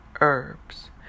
herbs